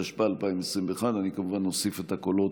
התשפ"א 2021. אני כמובן אוסיף את הקולות